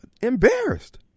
embarrassed